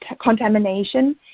contamination